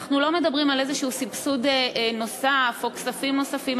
אנחנו לא מדברים על איזה סבסוד נוסף או כספים נוספים,